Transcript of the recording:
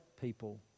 people